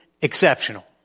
exceptional